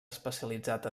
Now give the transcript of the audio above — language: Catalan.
especialitzat